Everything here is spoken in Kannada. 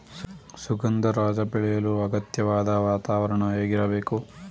ಸುಗಂಧರಾಜ ಬೆಳೆಯಲು ಅಗತ್ಯವಾದ ವಾತಾವರಣ ಹೇಗಿರಬೇಕು?